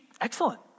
excellent